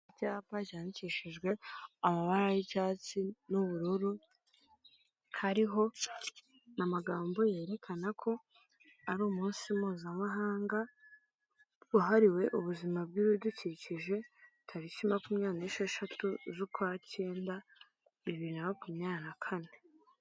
Icyapa cyandikishijwe amabara y'icyatsi n'ubururu, hariho amagambo yerekana ko ari umunsi mpuzamahanga wahariwe ubuzima bw'ibidukikije, tariki makumyabiri n'esheshatu z'ukwa cyenda, bibiri na makumyabiri na kane.